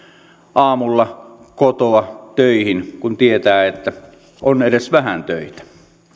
aamulla kotoa töihin kun tietää että on edes vähän töitä